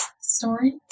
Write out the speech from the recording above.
Story